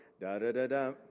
Da-da-da-da